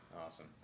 Awesome